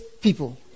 people